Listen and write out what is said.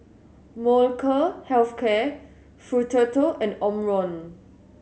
Molnylcke Health Care Futuro and Omron